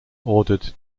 ordered